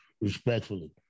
respectfully